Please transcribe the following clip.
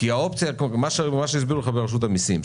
מה שהסבירו לך מרשות המסים,